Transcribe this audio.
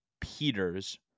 Peters